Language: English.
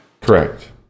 correct